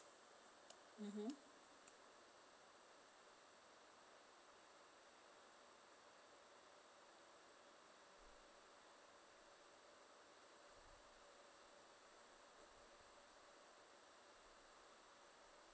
mmhmm